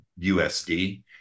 usd